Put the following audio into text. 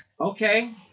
okay